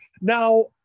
Now